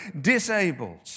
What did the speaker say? disabled